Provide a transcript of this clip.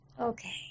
Okay